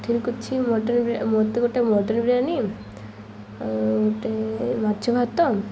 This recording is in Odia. ଠିକ୍ ଅଛି ମଟନ୍ ବି ମୋତେ ଗୋଟେ ମଟନ୍ ବିରିୟାନୀ ଆଉ ଗୋଟେ ମାଛ ଭାତ